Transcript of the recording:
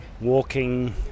walking